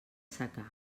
secà